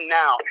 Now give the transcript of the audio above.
now